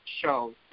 show